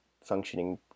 functioning